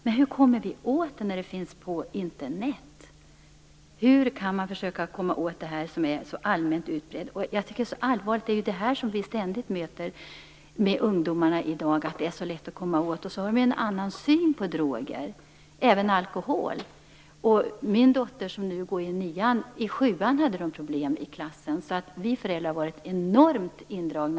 Men hur kommer vi åt drogen när beskrivningen finns på Internet, som är så allmänt utbrett? Vi möter ständigt problemet med lättillgängligheten för ungdomar i dag. De har ofta en avvikande syn på droger och även på alkohol. Min dotter går nu i klass 9, och hennes klass hade problem i årskurs 7. Vi föräldrar har varit enormt indragna i dessa.